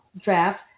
draft